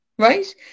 right